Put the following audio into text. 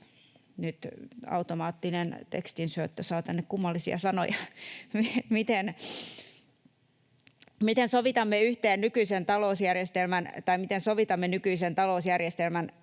Nyt automaattinen tekstinsyöttö saa tänne kummallisia sanoja. — ...miten sovitamme nykyisen talousjärjestelmän